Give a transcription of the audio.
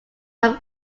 have